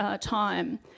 time